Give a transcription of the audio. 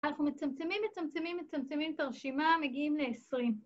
אנחנו מצמצמים מצמצמים מצמצמים את הרשימה, מגיעים ל-20.